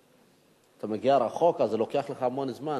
אתה מגיע רחוק, אז לוקח לך המון זמן.